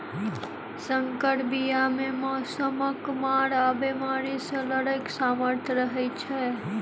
सँकर बीया मे मौसमक मार आ बेमारी सँ लड़ैक सामर्थ रहै छै